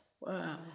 Wow